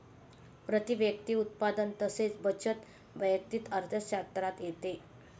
प्रती व्यक्ती उत्पन्न तसेच बचत वैयक्तिक अर्थशास्त्रात येते